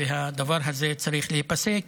והדבר הזה צריך להיפסק,